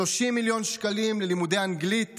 30 מיליון שקלים ללימודי אנגלית